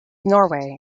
norway